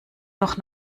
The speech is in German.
noch